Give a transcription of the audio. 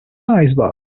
iceberg